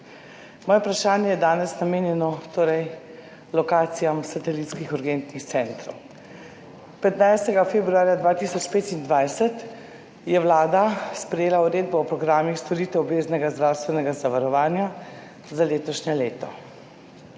Moje vprašanje je danes namenjeno lokacijam satelitskih urgentnih centrov. 15. februarja 2024 je Vlada sprejela uredbo o programih storitev obveznega zdravstvenega zavarovanja za letošnje leto